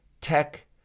tech